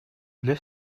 для